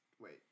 Wait